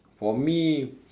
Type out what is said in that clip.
for me